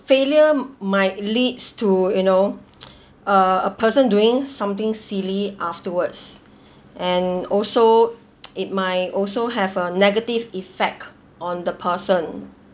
failure might leads to you know uh a person doing something silly afterwards and also it might also have a negative effect on the person